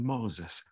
Moses